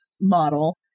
model